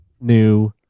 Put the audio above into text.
new